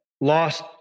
lost